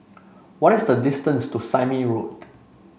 what is the distance to Sime Road